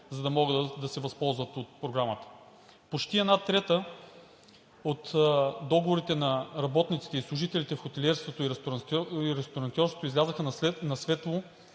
за да могат да се възползват от Програмата. Почти една трета от договорите на работниците и служителите в хотелиерството и ресторантьорството излязоха на светло